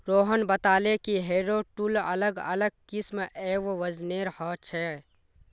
रोहन बताले कि harrow tool अलग अलग किस्म एवं वजनेर ह छे